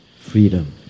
freedom